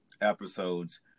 episodes